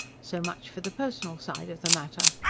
so much for the personal side of the matter.